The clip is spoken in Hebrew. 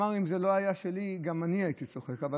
הוא אמר: אם זה לא היה שלי,